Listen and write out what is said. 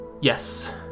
yes